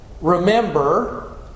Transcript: remember